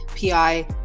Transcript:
PI